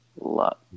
Luck